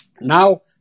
Now